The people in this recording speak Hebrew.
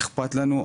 אכפת לנו,